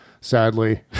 sadly